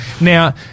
Now